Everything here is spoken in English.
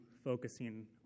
focusing